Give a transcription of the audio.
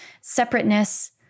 separateness